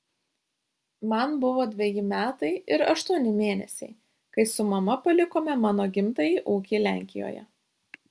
man buvo dveji metai ir aštuoni mėnesiai kai su mama palikome mano gimtąjį ūkį lenkijoje